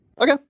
okay